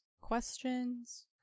questions